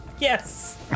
Yes